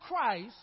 Christ